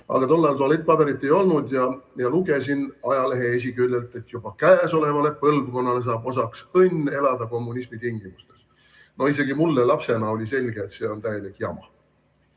aga tol ajal tualettpaberit ei olnud ja ma lugesin ajalehe esiküljelt, et juba käesolevale põlvkonnale saab osaks õnn elada kommunismi tingimustes. Isegi mulle lapsena oli selge, et see on täielik jama.